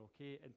okay